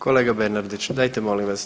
Kolega Bernardić, dajte molim vas!